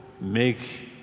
make